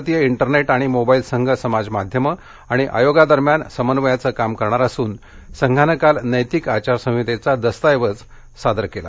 भारतीय इंटरनेट आणि मोबाईल संघ समाज माध्यमं आणि आयोगादरम्यान समन्वयाच कांम करणार असून संघानं काल नेतिक आचार संहितेचा दस्तऐवज सादर केला